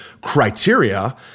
criteria